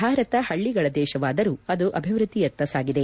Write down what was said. ಭಾರತ ಪಳ್ಳಿಗಳ ದೇಶವಾದರೂ ಅದು ಅಭಿವೃದ್ಧಿಯತ್ತ ಸಾಗಿದೆ